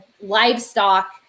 livestock